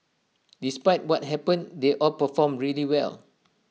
despite what happened they all performed really well